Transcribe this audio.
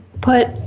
put